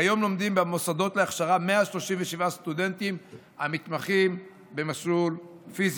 כיום לומדים במוסדות להכשרה 137 סטודנטים המתמחים במסלול פיזיקה.